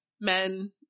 men